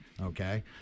okay